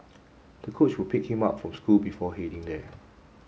the coach would pick him up from school before heading there